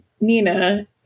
Nina